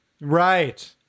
Right